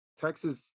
Texas